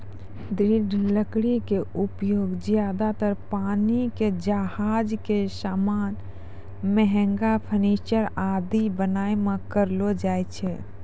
दृढ़ लकड़ी के उपयोग ज्यादातर पानी के जहाज के सामान, महंगा फर्नीचर आदि बनाय मॅ करलो जाय छै